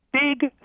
big